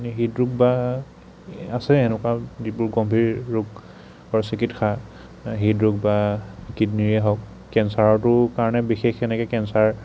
হৃদৰোগ বা আছে এনেকুৱা যিবোৰ গম্ভীৰ ৰোগৰ চিকিৎসা হৃদৰোগ বা কিডনীৰে হওঁক কেঞ্চাৰতো কাৰণে বিশেষ এনেকৈ কেঞ্চাৰ